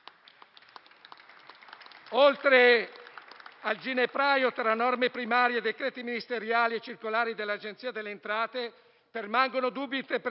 Oltre al ginepraio tra norme primarie, decreti ministeriali e circolari dell'Agenzia delle entrate, permangono dubbi interpretativi.